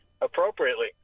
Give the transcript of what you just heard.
appropriately